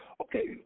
okay